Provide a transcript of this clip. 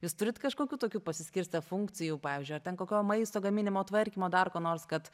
jūs turit kažkokių tokių pasiskirstę funkcijų pavyzdžiui ar ten kokio maisto gaminimo tvarkymo dar ko nors kad